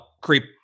creep